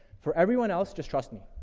for everyone else, just trust me.